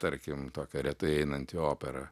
tarkim tokia retai einanti opera